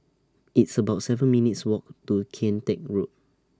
It's about seven minutes' Walk to Kian Teck Road